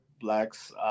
Blacks